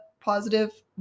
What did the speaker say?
positive